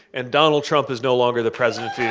and donald trump is no longer the president yeah